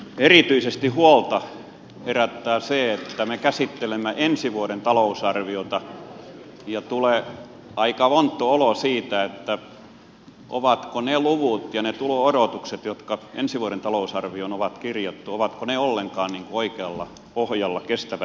erityisesti huolta herättää se että me käsittelemme ensi vuoden talousarviota ja tulee aika ontto olo siitä että ovatko ne luvut ja ne tulo odotukset jotka ensi vuoden talousarvioon on kirjattu ollenkaan oikealla pohjalla kestävätkö ne